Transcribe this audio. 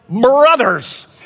brothers